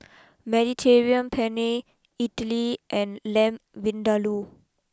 Mediterranean Penne Idili and Lamb Vindaloo